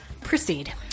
Proceed